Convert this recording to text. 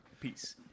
Peace